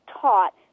taught